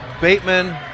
Bateman